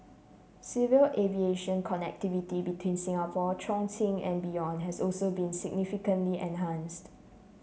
civil aviation connectivity between Singapore Chongqing and beyond has also been significantly enhanced